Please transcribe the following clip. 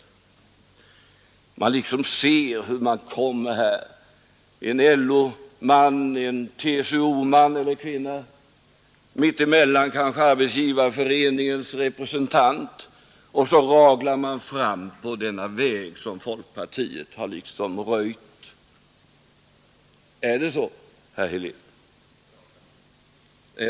Man nästan ser hur de kommer: en LO-man, en TCO-man eller kvinna och mitt emellan dem kanske Arbetsgivareföreningens representant, och så formligen raglar man fram på denna väg som folkpartiet har röjt. Är det så, herr Helén?